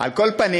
על כל פנים,